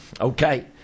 Okay